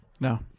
No